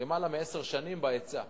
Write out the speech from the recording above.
למעלה מעשר שנים בהיצע.